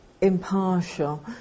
impartial